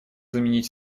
заменить